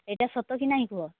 ଏଇଟା ସତ କି ନାହିଁ କୁହ